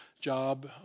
job